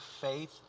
faith